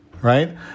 right